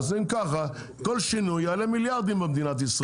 אז אם ככה כל שינוי יעלה מיליארדים במדינת ישראל.